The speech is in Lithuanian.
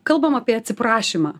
kalbam apie atsiprašymą